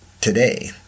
today